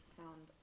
sound